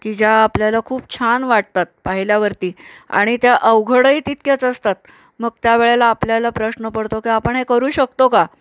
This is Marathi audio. की ज्या आपल्याला खूप छान वाटतात पाहिल्यावरती आणि त्या अवघडही तितक्याच असतात मग त्या वेळेला आपल्याला प्रश्न पडतो की आपण हे करू शकतो का